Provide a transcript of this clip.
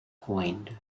coined